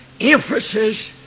emphasis